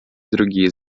другие